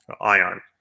ion